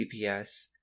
CPS